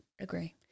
Agree